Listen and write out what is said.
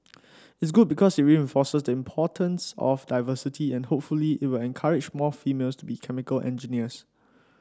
it's good because it reinforces the importance of diversity and hopefully it will encourage more females to be chemical engineers